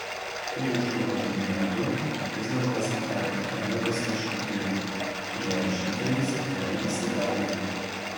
ir šiuo įdomiu metu vis dar pasitaiko keletas rašytojų kurie rašytojais nėra įsidarbinę